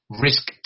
risk